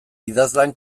idazlan